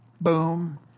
boom